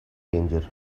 danger